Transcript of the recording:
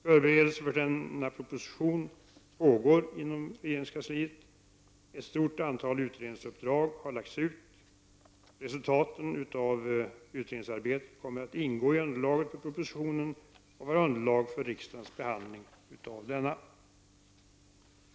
Förberedelser för denna proposition pågår inom regeringskansliet. Ett stort antal utredningsuppdrag har lagts ut. Resultaten av utredningsarbetet kommer att ingå i underlaget för propositionen och vara underlag för riksdagens behandling av denna.